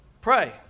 Pray